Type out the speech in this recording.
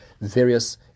various